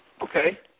Okay